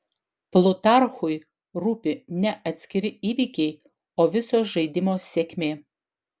plutarchui rūpi ne atskiri įvykiai o viso žaidimo sėkmė